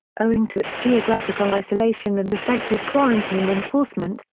owing to its geographical isolation and effective quarantine enforcement,